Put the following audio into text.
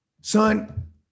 son